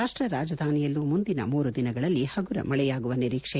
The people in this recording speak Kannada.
ರಾಷ್ಟ ರಾಜಧಾನಿಯಲ್ಲೂ ಮುಂದಿನ ಮೂರುದಿನಗಳಲ್ಲಿ ಹಗುರ ಮಳೆಯಾಗುವ ನಿರೀಕ್ಷೆ